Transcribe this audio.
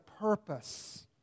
purpose